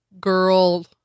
girl